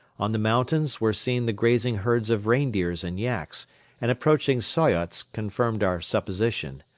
on the mountains were seen the grazing herds of reindeers and yaks and approaching soyots confirmed our supposition.